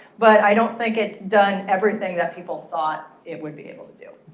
but i don't think it's done everything that people thought it would be able to do.